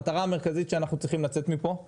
המטרה המרכזית שאנחנו צריכים לצאת איתה מכאן היא